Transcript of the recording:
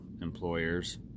Employers